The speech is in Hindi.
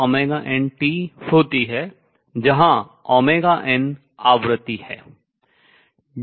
जहां n आवृत्ति है